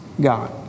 God